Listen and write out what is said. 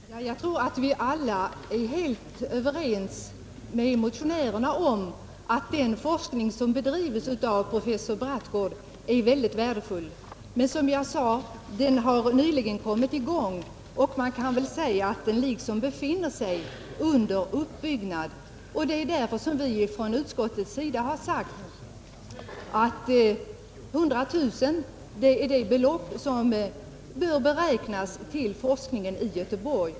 Herr talman! Jag tror att vi alla är helt överens med motionärerna om att den forskning som drivs av professor Brattgård är mycket värdefull. Men den har, som jag sade, nyligen kommit i gång, och man kan väl säga att den liksom befinner sig under uppbyggnad. Det är därför som vi från utskottets sida har sagt att 100 000 kronor är det belopp som bör beräknas till forskningen i Göteborg.